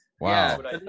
Wow